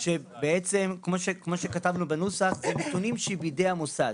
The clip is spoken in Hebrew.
שבעצם כמו שכתבנו בנוסח, זה נתונים שבידי המוסד.